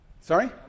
Sorry